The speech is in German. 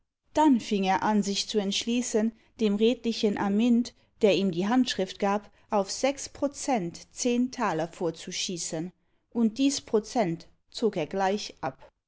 dann fing er an sich zu entschließen dem redlichen amynt der ihm die handschrift gab auf sechs prozent zehn taler vorzuschießen und dies prozent zog er gleich ab